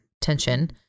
tension